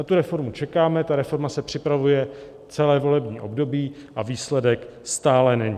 Na tu reformu čekáme, ta reforma se připravuje celé volební období, a výsledek stále není.